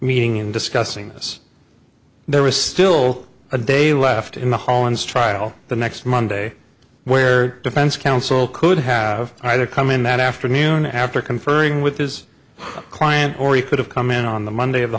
meeting and discussing this there was still a day left in the hollands trial the next monday where defense counsel could have either come in that afternoon after conferring with his client or he could have come in on the monday of the